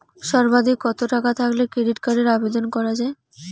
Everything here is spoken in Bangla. সর্বাধিক কত টাকা থাকলে ক্রেডিট কার্ডের আবেদন করা য়ায়?